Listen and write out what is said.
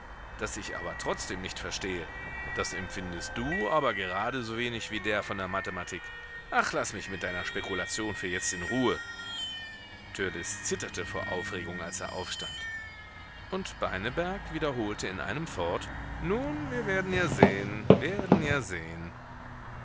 das ich aber trotzdem nicht verstehe das empfindest du aber gerade so wenig wie der von der mathematik ach laß mich mit deiner spekulation für jetzt in ruhe törleß zitterte vor aufregung als er aufstand und beineberg wiederholte in einem fort nun wir werden ja sehen werden ja sehen